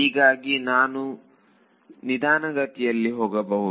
ಹೀಗಾಗಿ ನಾನು ನಿಧಾನಗತಿಯಲ್ಲಿ ಹೋಗಬಹುದು